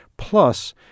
Plus